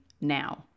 now